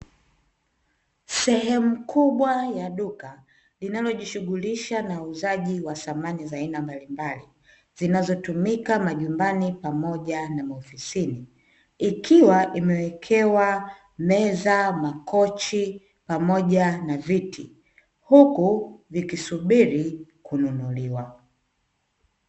Sehemu kubwa ya duka linalojishughulisha na uuzaji wa samani mbalimbali zinazotumika majumbani pamoja na maofisini, ikiwa imewekewa meza, makochi pamoja na viti huku vikisubiri kununuliwa.